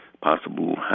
possible